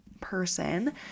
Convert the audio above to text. person